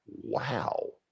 wow